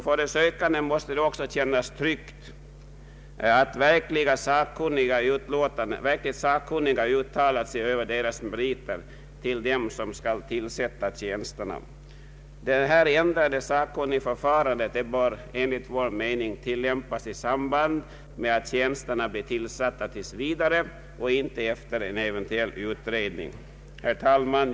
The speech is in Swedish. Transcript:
För de sökande måste det också kännas tryggt att verkligt sakkunniga uttalat sig över deras meriter för dem som skall tillsätta tjänsterna. Det ändrade sakkunnigförfarandet bör enligt vår mening kunna tillämpas i samband med att tjänsterna blir tillsatta tills vidare och inte efter en eventuell utredning. Herr talman!